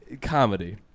comedy